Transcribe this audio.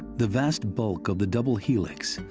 the vast bulk of the double helix,